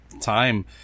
time